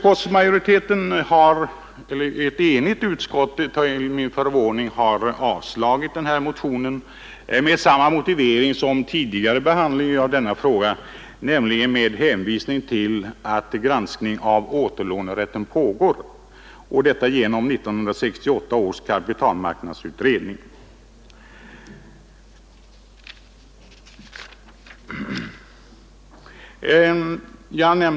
Ett enhälligt utskott har till min förvåning avstyrkt ifrågavarande motion med samma motivering som vid tidigare behandling av denna fråga, nämligen under hänvisning till att granskning av återlånerätten pågår genom 1968 års kapitalmarknadsutredning.